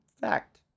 fact